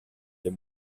des